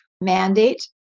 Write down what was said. mandate